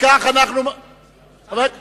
אפשר